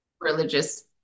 religious